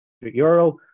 euro